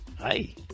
Hi